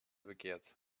begehrt